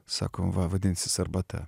sakau va vadinsis arbata